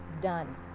done